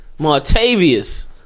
Martavius